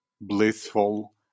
blissful